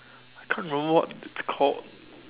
I can't remember what it's called